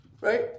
Right